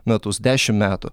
metus dešim metų